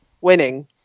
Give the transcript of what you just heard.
winning